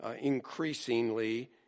increasingly